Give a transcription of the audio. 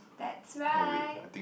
that's right